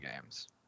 games